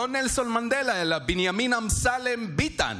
לא נלסון מנדלה אלא בנימין אמסלם ביטן,